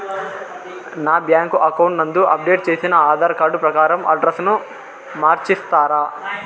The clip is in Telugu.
నా బ్యాంకు అకౌంట్ నందు అప్డేట్ చేసిన ఆధార్ కార్డు ప్రకారం అడ్రస్ ను మార్చిస్తారా?